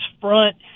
front